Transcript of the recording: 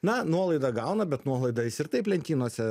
na nuolaidą gauna bet nuolaidą jis ir taip lentynose